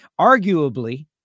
arguably